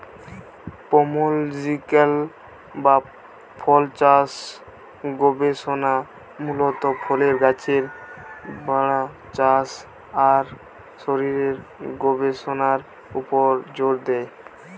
pomological বা ফলচাষ গবেষণা মূলত ফলের গাছের বাড়া, চাষ আর শরীরের গবেষণার উপর জোর দেয়